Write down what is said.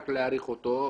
להאריך את החוק הזה,